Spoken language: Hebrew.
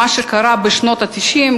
מה שקרה בשנות ה-90,